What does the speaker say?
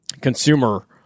consumer